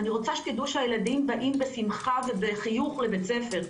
אני רוצה שתדעו שהילדים באים בשמחה ובחיוך לבית הספר.